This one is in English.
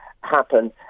happen